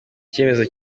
icyemezo